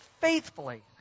faithfully